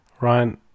Ryan